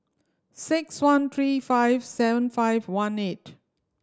six one three five seven five one eight